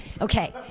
Okay